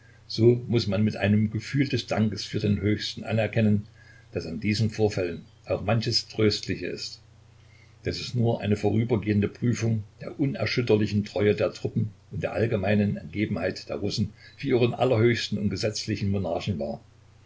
so muß man mit einem gefühl des dankes für den höchsten anerkennen daß an diesen vorfällen auch manches tröstliche ist daß es nur eine vorübergehende prüfung der unerschütterlichen treue der truppen und der allgemeinen ergebenheit der russen für ihren allerhöchsten und gesetzlichen monarchen war